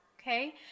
okay